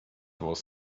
was